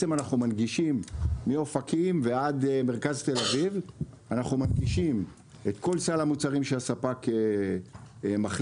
אנחנו מנגישים מאופקים ועד מרכז תל אביב את כל סל המוצרים שהספק מחליט.